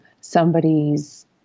somebody's